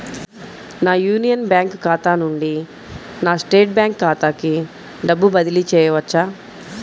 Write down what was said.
నా యూనియన్ బ్యాంక్ ఖాతా నుండి నా స్టేట్ బ్యాంకు ఖాతాకి డబ్బు బదిలి చేయవచ్చా?